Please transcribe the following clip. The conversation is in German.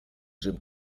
jim